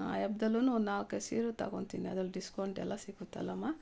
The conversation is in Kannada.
ಆ ಹಬ್ದಲ್ಲು ಒಂದು ನಾಲ್ಕೈದು ಸೀರೆ ತಗೊತಿನಿ ಅದ್ರಲ್ಲಿ ಡಿಸ್ಕೌಂಟ್ ಎಲ್ಲ ಸಿಕ್ಕುತ್ತಲ್ಲಮ್ಮಾ